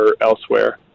elsewhere